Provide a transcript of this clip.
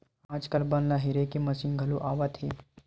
आजकाल बन ल हेरे के मसीन घलो आवत हे